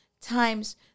times